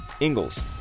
Ingalls